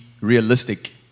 realistic